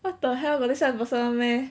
what the hell goes this kind of person [one] meh